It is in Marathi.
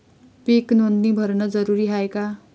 पीक नोंदनी भरनं जरूरी हाये का?